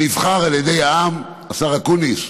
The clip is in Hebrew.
שנבחר על ידי העם, השר אקוניס,